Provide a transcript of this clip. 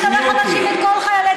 אתה לא יכול להאשים את כל חיילי צה"ל.